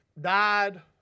died